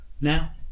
now